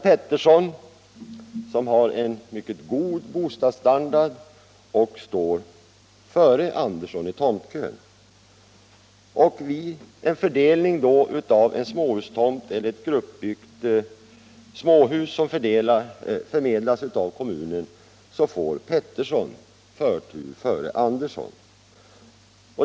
Pettersson, som har en mycket god bostadsstandard, står före Andersson i tomtkön. Vid fördelning av en småhustomt eller ett gruppbyggt småhus som förmedlas av kommunen får Pettersson bostad före Andersson.